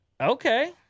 Okay